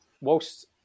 whilst